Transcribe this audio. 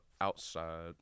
outside